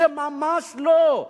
זה ממש לא.